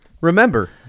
remember